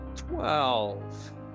Twelve